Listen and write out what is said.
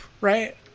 right